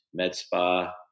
MedSpa